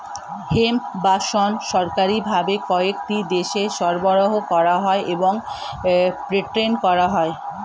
hemp বা শণ সরকারি ভাবে কয়েকটি দেশে সরবরাহ করা হয় এবং পেটেন্ট করা হয়